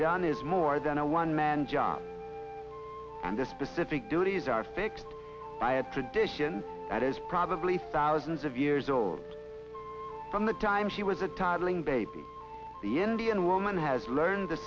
done is more than a one man job and the specific duties are fixed by a tradition that is probably thousands of years old from the time she was a toddling baby the indian woman has learned the